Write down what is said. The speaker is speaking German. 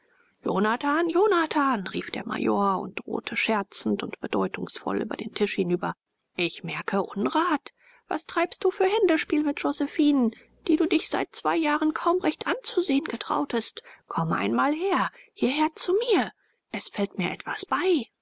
jonathan jonathan rief der major und drohte scherzend und bedeutungsvoll über den tisch hinüber ich merke unrat was treibst du für händespiel mit josephinen die du dich seit zwei jahren kaum recht anzusehen getrautest komm einmal her hierher zu mir es fällt mir etwas bei